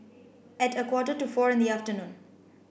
at a quarter to four in the afternoon